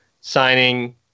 signing